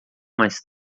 mais